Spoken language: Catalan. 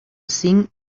cinc